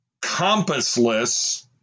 compassless